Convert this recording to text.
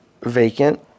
vacant